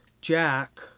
Jack